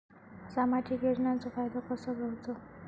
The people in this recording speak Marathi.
सामाजिक योजनांचो फायदो कसो घेवचो?